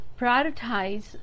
prioritize